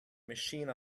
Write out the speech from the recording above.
machine